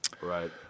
Right